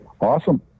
Awesome